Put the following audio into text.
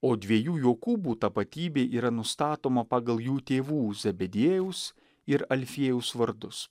o dviejų jokūbų tapatybė yra nustatoma pagal jų tėvų zebediejaus ir alfiejaus vardus